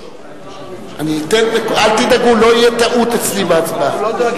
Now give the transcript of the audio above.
אל תדאגו, לא תהיה טעות אצלי בהצבעה.